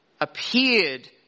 appeared